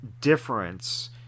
difference